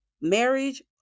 marriage